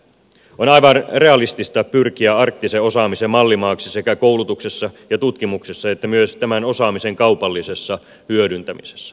on aivan realistista pyrkiä arktisen osaamisen mallimaaksi sekä koulutuksessa ja tutkimuksessa että myös tämän osaamisen kaupallisessa hyödyntämisessä